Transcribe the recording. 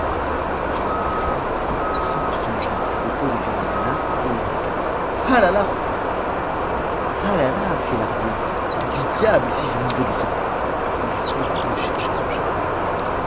d'inquiétude soupe jugea à propos de faire le malin et il ricana ah la la ah la la fit lahrier du diable si je n'y vais de ce pas il feignit de chercher son chapeau